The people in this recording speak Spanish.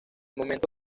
momento